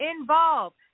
involved